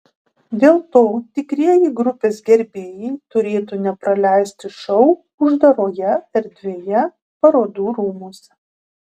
dėl to tikrieji grupės gerbėjai turėtų nepraleisti šou uždaroje erdvėje parodų rūmuose